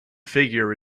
figure